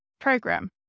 program